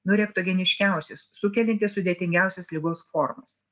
nu rektogeniškiausi sukeliantys sudėtingiausias ligos formas